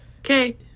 Okay